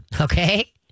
okay